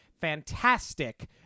fantastic